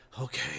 okay